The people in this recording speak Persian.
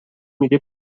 میگه